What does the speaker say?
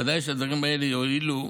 ודאי שהדברים האלה יועילו,